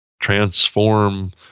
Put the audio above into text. transform